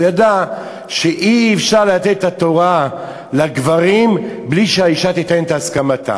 הוא ידע שאי-אפשר לתת את התורה לגברים בלי שהאישה תיתן את הסכמתה,